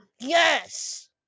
Yes